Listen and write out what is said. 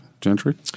Gentry